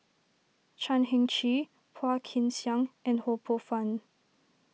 Chan Heng Chee Phua Kin Siang and Ho Poh Fun